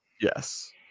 Yes